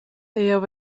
jeu